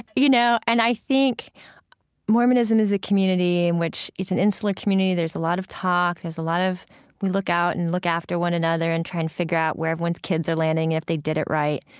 you know, and i think mormonism is a community in which it's an insular community. there's a lot of talk, there's a lot of we look out and look after one another and try and figure where everyone's kids are landing, if they did it right.